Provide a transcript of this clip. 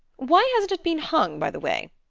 why hasn't it been hung, by the way?